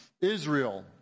Israel